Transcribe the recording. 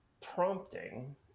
prompting